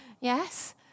Yes